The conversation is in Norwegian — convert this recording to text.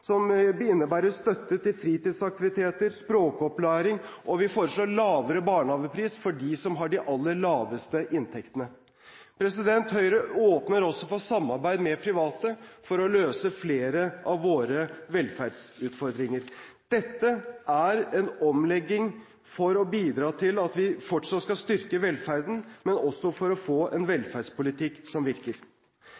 som innebærer støtte til fritidsaktiviteter, språkopplæring, og vi foreslår lavere barnehagepris for dem som har de aller laveste inntektene. Høyre åpner også for samarbeid med private for å løse flere av våre velferdsutfordringer. Dette er en omlegging for å bidra til at vi fortsatt skal styrke velferden, men også for å få en